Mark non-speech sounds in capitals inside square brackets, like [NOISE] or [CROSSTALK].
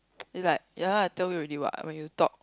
[NOISE] it's like ya tell you already what when you talk